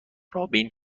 رابین